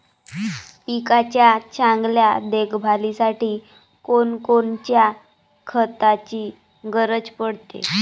पिकाच्या चांगल्या देखभालीसाठी कोनकोनच्या खताची गरज पडते?